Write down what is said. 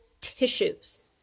tissues